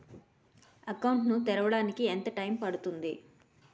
Account ను తెరవడానికి ఎంత టైమ్ పడుతుంది?